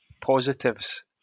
positives